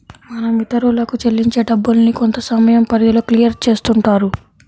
మనం ఇతరులకు చెల్లించే డబ్బుల్ని కొంతసమయం పరిధిలో క్లియర్ చేస్తుంటారు